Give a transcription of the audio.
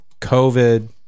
COVID